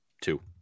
two